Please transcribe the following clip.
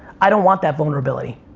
i don't want that vulnerability.